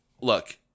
look